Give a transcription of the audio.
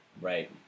Right